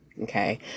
Okay